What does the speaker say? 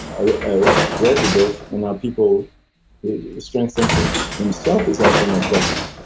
ah read the book and now people. the strength sensei himself is answering my questions.